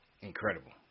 Incredible